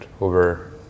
over